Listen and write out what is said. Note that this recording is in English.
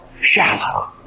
shallow